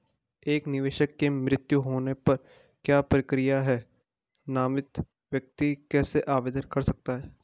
एक निवेशक के मृत्यु होने पर क्या प्रक्रिया है नामित व्यक्ति कैसे आवेदन कर सकता है?